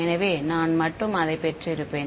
எனவே நான் மட்டும் அதை பெற்றிருப்பேன்